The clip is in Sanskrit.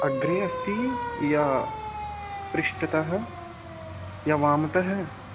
अग्रे अस्ति या पृष्टतः या वामतः